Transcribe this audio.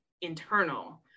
internal